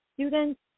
students